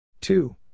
two